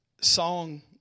song